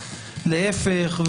להיפך,